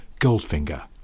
goldfinger